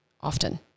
often